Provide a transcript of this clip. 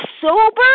sober